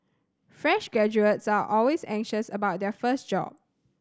fresh graduates are always anxious about their first job